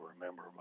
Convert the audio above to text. remember